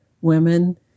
women